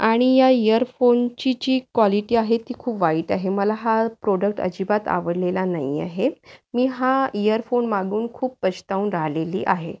आणि या इयरफोनची जी क्वालिटी आहे ती खूप वाईट आहे मला हा प्रोडक्ट अजिबात आवडलेला नाही आहे मी हा इयरफोन मागून खूप पछ्तावून राहिलेली आहे